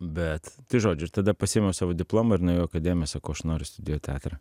bet žodžiu ir tada pasiėmiau savo diplomą ir nuėjau į akademiją sakau aš noriu studijuot teatrą